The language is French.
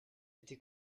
était